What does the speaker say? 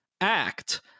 act